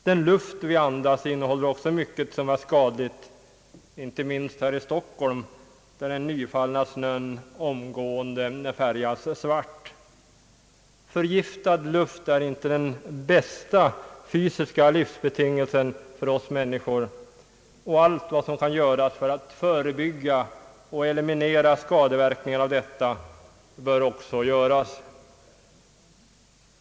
Den Juft vi inandas innehåller också mycket som är skadligt, inte minst här i Stockholm, där den nyfallna snön omgående färgas svart. Förgiftad luft är inte den bästa fysiska livsbetingelsen för oss människor, och allt vad som kan göras för att förebygga och eliminera skadeverkningarna av denna bör också göras.